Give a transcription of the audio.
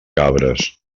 cabres